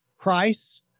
price